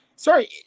sorry